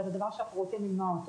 וזה דבר שאנחנו רוצים למנוע.